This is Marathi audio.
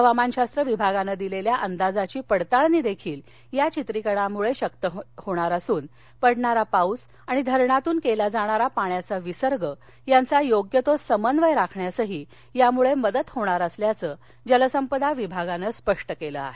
हवामानशास्व विभागाने दिलेल्या अंदाजाची पडताळणीदेखील या चित्रीकरणामुळे शक्य होणार असुन पडणारा पाऊस आणि धरणातून केला जाणारा पाण्याचा विसर्ग यांचा योग्य तो समन्वय राखण्यासही त्यामुळं मदत होणार असल्याचं जलसंपदा विभागानं स्पष्ट केलं आहे